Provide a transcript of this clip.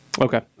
Okay